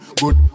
good